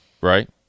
right